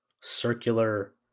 circular